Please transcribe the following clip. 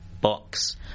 box